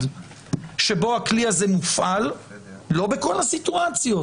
שבו הכלי הזה מופעל לא בכל הסיטואציות,